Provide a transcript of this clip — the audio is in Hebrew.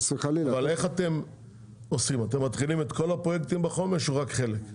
אבל אתם מתחילים את כל הפרויקטים בחומש או רק חלק?